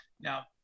Now